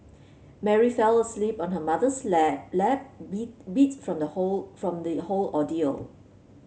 Mary fell asleep on her mother's lap lap beat beat from the whole from the whole ordeal